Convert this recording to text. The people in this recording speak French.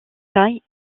taille